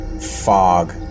fog